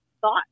thought